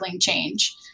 change